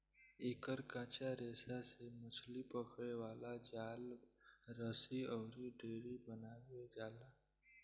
एकर कच्चा रेशा से मछली पकड़े वाला जाल, रस्सी अउरी डोरी बनावल जाला